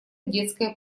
детская